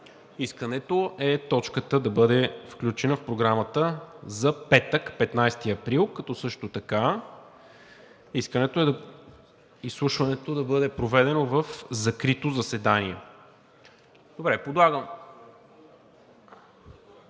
Искането е точката да бъде включена в Програмата за петък – 15 април, като също така искането е изслушването да бъде проведено в закрито заседание. (Реплики.)